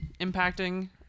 impacting